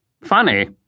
Funny